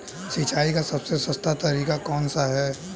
सिंचाई का सबसे सस्ता तरीका कौन सा है?